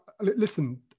listen